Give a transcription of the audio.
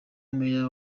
meya